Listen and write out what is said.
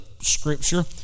scripture